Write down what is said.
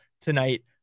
tonight